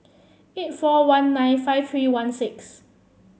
eight four one nine five three one six